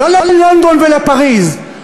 לא ללונדון ופריז,